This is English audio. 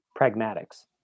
pragmatics